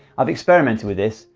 i've experimented with this,